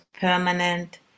permanent